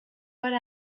per